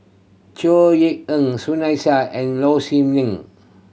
Chor Yeok Eng Sunny Sia and Low Siew Nghee